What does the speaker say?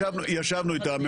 ישבנו איתם,